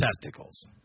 testicles